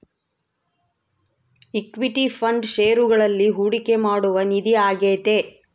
equity fund ಷೇರುಗಳಲ್ಲಿ ಹೂಡಿಕೆ ಮಾಡುವ ನಿಧಿ ಆಗೈತೆ